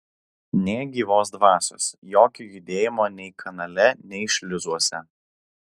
nė gyvos dvasios jokio judėjimo nei kanale nei šliuzuose